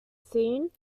seen